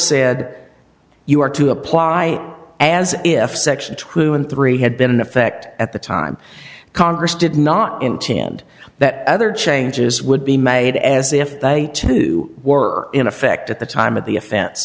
said you were to apply as if section two and three had been in effect at the time congress did not intend that other changes would be made as if they too were in effect at the time of the offen